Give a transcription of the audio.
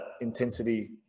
intensity